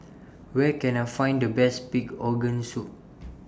Where Can I Find The Best Big Organ Soup